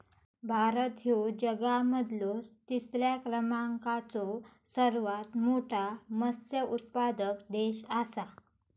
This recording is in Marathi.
भारत ह्यो जगा मधलो तिसरा क्रमांकाचो सर्वात मोठा मत्स्य उत्पादक देश आसा